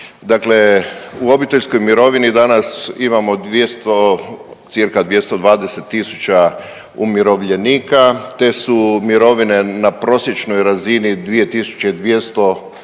Dakle u obiteljskoj mirovini imamo danas cirka 220 tisuća umirovljenika. Te su mirovine na prosječnoj razini 2200 kuna